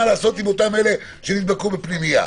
מה לעשות עם אותם אלה שנדבקו בפנימייה.